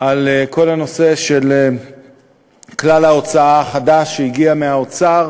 על כל הנושא של כלל ההוצאה החדש שהגיע מהאוצר,